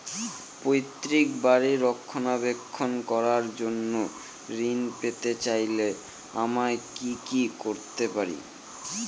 পৈত্রিক বাড়ির রক্ষণাবেক্ষণ করার জন্য ঋণ পেতে চাইলে আমায় কি কী করতে পারি?